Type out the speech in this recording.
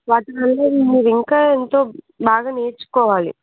వాటివల్ల మీరు ఇంకా ఎంతో బాగా నేర్చుకోవాలి